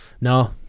no